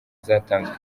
zatanzwe